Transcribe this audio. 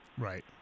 Right